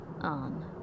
on